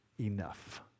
enough